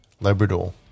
Labrador